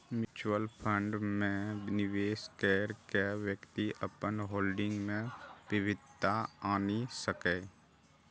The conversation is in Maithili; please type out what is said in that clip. म्यूचुअल फंड मे निवेश कैर के व्यक्ति अपन होल्डिंग मे विविधता आनि सकैए